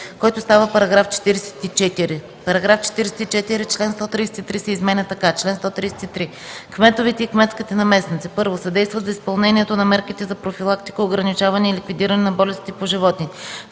който става § 44: „§ 44. Член 133 се изменя така: „Чл. 133. Кметовете и кметските наместници: 1. съдействат за изпълнението на мерките за профилактика, ограничаване и ликвидиране на болестите по животните;